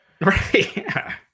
Right